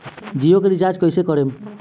जियो के रीचार्ज कैसे करेम?